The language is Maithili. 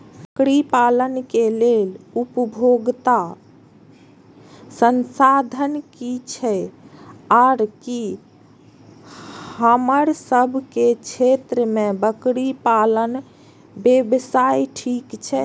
बकरी पालन के लेल उपयुक्त संसाधन की छै आर की हमर सब के क्षेत्र में बकरी पालन व्यवसाय ठीक छै?